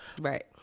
Right